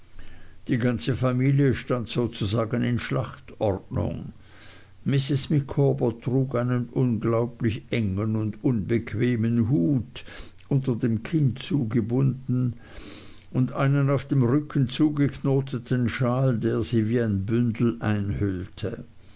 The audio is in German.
die ganze familie stand sozusagen in schlachtordnung mrs micawber trug einen unglaublich engen und unbequemen hut unter dem kinn zugebunden und einen auf dem rücken zugeknoteten schal der sie wie ein bündel einhüllte